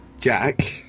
Jack